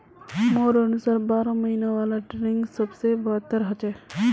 मोर अनुसार बारह महिना वाला ट्रेनिंग सबस बेहतर छ